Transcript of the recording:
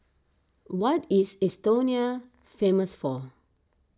what is Estonia famous for